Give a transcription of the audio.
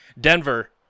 denver